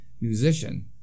musician